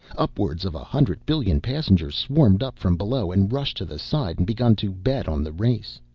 upwards of a hundred billion passengers swarmed up from below and rushed to the side and begun to bet on the race.